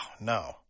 no